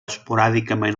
esporàdicament